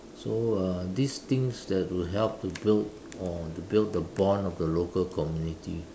so uh these things that will help to build or to build the bond of the local community